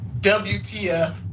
WTF